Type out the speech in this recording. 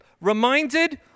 reminded